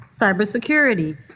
cybersecurity